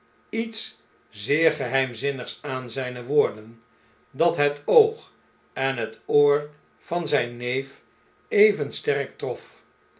iets zeer geheimzinnigs aan zyne woorden dat het oog en het oor van zyn neef even sterk trof